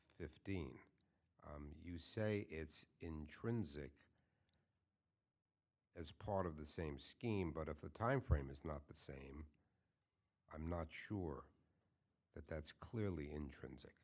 fifteen you say it's intrinsic as part of the same scheme but if the timeframe is not the same i'm not sure that that's clearly intrinsic